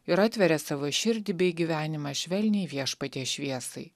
ir atveria savo širdį bei gyvenimą švelniai viešpaties šviesai